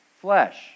flesh